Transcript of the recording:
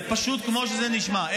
זה פשוט כמו שזה נשמע.